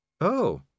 Oh